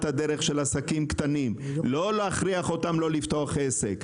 הדרך של עסקים קטנים לא להכריח אותם לא לפתוח עסק,